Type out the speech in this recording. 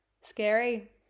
Scary